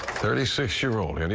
thirty six year old and